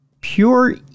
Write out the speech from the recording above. pure